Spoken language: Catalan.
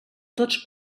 tots